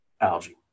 algae